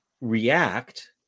react